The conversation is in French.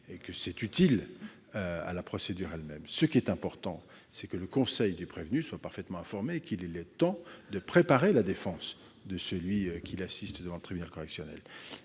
si c'est utile à la procédure elle-même et si les dossiers sont liés. L'important est que le conseil du prévenu soit parfaitement informé et qu'il ait le temps de préparer la défense de celui qu'il assiste devant le tribunal correctionnel.